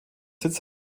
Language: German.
sitz